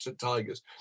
Tigers